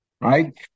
right